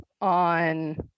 on